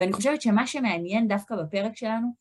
ואני חושבת שמה שמעניין דווקא בפרק שלנו